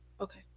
Okay